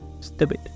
stupid